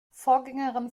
vorgängerin